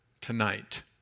tonight